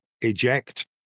eject